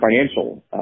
financial